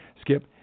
skip